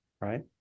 right